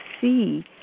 see